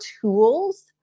tools